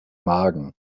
magen